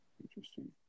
interesting